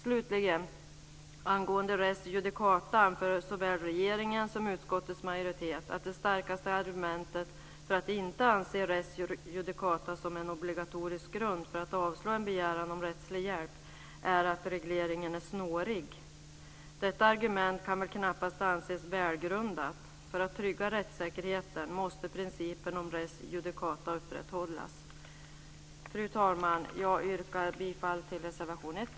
Slutligen: Angående res judicata anför såväl regeringen som utskottets majoritet att det starkaste argumentet för att inte anse res judicata som en obligatorisk grund för att avslå en begäran om rättslig hjälp är att regleringen är snårig. Detta argument kan knappast anses välgrundat. För att trygga rättssäkerheten måste principen om res judicata upprätthållas. Fru talman! Jag yrkar bifall till reservation 1